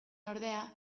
ordea